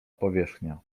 powierzchnia